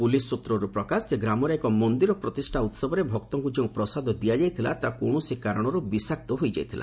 police ସୂତ୍ରରୁ ପ୍ରକାଶ ଗାଁରେ ଏକ ମନ୍ଦିର ପ୍ରତିଷ୍ଠା ଉତ୍ପକ୍ତଙ୍କୁ ଯେଉଁ ପ୍ରସାଦ ଦିଆଯାଇଥିଲା ତାହା କୌଣସି କାରଣରୁ ବିଷାକ୍ତ ହୋଇଯାଇଥିଲା